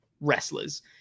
wrestlers